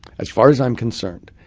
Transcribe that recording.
as far as i'm concerned,